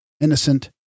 Innocent